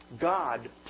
God